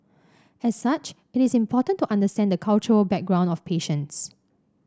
as such it is important to understand the cultural background of patients